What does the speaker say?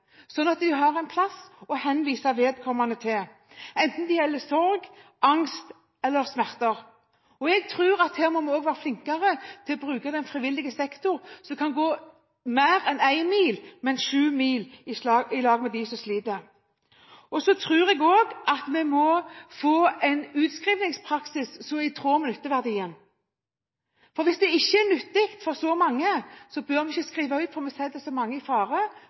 at de har en plass å henvise vedkommende til, enten det gjelder sorg, angst eller smerter. Jeg tror også at vi her må være flinkere til å bruke den frivillige sektoren, som kan gå mer enn én mil, snarere sju mil, sammen med dem som sliter. Jeg tror også at vi må få en utskrivingspraksis som er i tråd med nytteverdien, for hvis det ikke er nyttig for så mange, bør vi ikke skrive ut, for vi setter så mange i fare